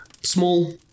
Small